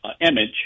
image